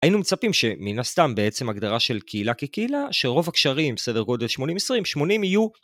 היינו מצפים שמן הסתם סעצם הגדרה של קהילה כקהילה שרוב הקשרים בסדר גודל 80-20-80 יהיו